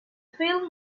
film